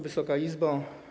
Wysoka Izbo!